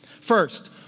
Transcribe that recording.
First